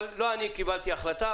אבל לא אני קיבלתי החלטה.